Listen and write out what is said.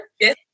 Yes